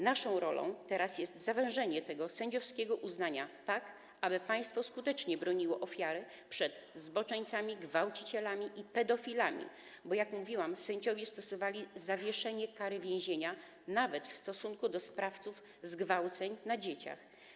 Naszą rolą jest teraz zawężenie tego sędziowskiego uznania tak, aby państwo skutecznie broniło ofiary przed zboczeńcami, gwałcicielami i pedofilami, bo jak mówiłam, sędziowie stosowali zawieszenie kary więzienia nawet w stosunku do sprawców zgwałceń dzieci.